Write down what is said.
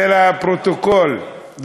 זה לפרוטוקול.